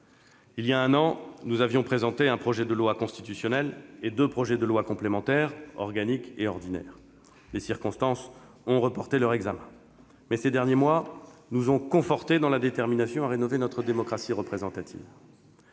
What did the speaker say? Voilà un an, nous avons présenté un projet de loi constitutionnel et deux projets de loi complémentaires, organique et ordinaire. Les circonstances ont amené à reporter leur examen, mais ces derniers mois nous ont confortés dans notre détermination à rénover notre démocratie représentative.